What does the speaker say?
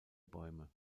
bäume